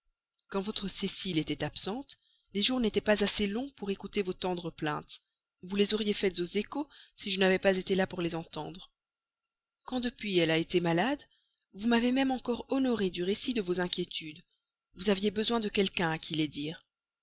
quand votre cécile était absente les jours n'étaient pas assez longs pour écouter vos tendres plaintes vous les auriez faites aux échos si je n'avais pas été là pour les entendre quand depuis elle a été malade vous m'avez même encore honorée du récit de vos inquiétudes vous aviez besoin de quelqu'un à qui les dire